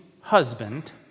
husband